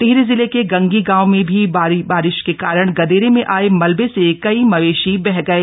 टिहरी जिले के गंगी गांव में भारी बारिश के कारण गदेरे में आये मलबे से कई मवेशी बह गए